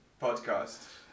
podcast